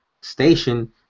station